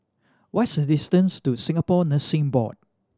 what's the distance to Singapore Nursing Board